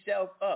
up